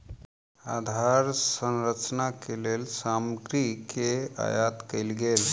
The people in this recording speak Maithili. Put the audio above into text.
आधार संरचना के लेल सामग्री के आयत कयल गेल